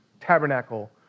tabernacle